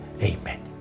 Amen